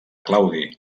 claudi